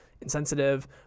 insensitive